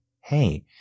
Hey